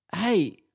hey